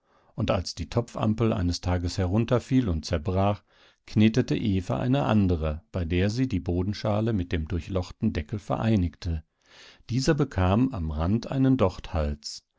und als die topfampel eines tages hinunterfiel und zerbrach knetete eva eine andere bei der sie die bodenschale mit dem durchlochten deckel vereinigte dieser bekam am rand einen